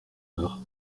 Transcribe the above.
heure